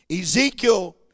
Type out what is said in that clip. Ezekiel